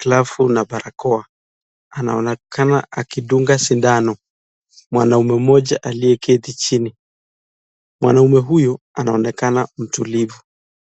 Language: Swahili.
glavu na barakoa anaonekana akidunga sindano mwanaume mmoja aliyeketi chini. Mwanaume huyu anaonekana mtulivu.